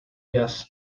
jazz